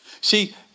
See